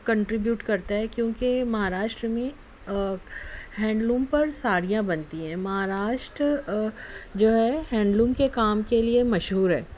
contribute کرتا ہے کیونکہ مہاراشٹرا میں ہینڈ لوم پر ساڑھیاں بنتی ہیں مہاراشٹرا جو ہے ہینڈ لوم کے کام کے لئے مشہور ہے